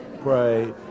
pray